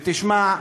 ותשמע,